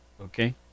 okay